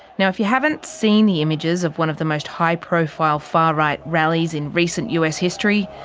you know if you haven't seen the images of one of the most high-profile far-right rallies in recent us history,